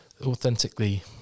authentically